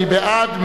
מי בעד?